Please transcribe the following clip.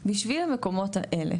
בשביל המקומות האלה.